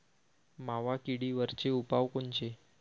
मावा किडीवरचे उपाव कोनचे?